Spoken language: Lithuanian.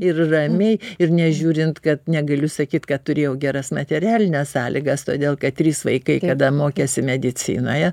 ir rami ir nežiūrint kad negaliu sakyt kad turėjau geras materialines sąlygas todėl kad trys vaikai kada mokėsi medicinoje